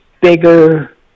bigger